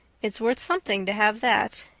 it's worth something to have that,